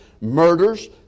murders